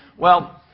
well,